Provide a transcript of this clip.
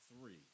Three